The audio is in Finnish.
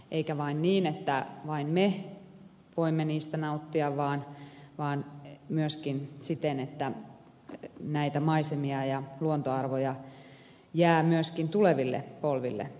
eikä vain niin että vain me voimme niistä nauttia vaan myöskin siten että näitä maisemia ja luontoarvoja jää myöskin tuleville polville ihasteltaviksi